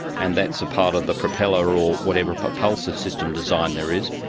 and that's a part of the propeller or whatever propulsive system design there is.